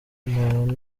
naba